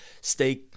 stay